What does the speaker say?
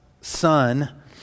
Son